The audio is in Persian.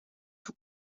توو